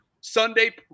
Sunday